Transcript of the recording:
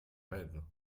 rêve